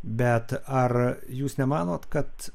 bet ar jūs nemanot kad